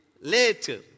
Later